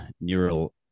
neural